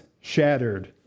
shattered